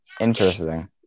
Interesting